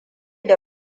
da